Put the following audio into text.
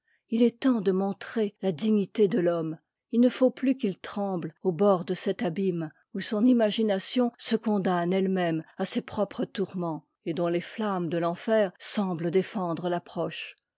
il est temps de montrer la dignité de l'homme il ne faut plus qu'il tremble au bord de cet abîme où son imagina tion se condamne elle-même à ses propres tourments et dont les flammes de l'enfer semblent défendre